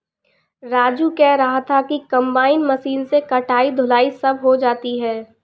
राजू कह रहा था कि कंबाइन मशीन से कटाई धुलाई सब हो जाती है